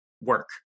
work